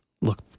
look